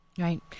Right